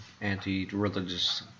anti-religious